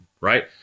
right